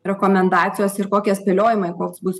rekomendacijos ir kokie spėliojimai koks bus